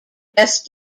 best